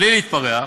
בלי להתפרע,